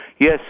yes